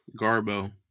Garbo